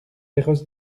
perros